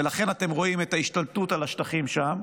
ולכן אתם רואים את ההשתלטות על השטחים שם.